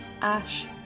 Ash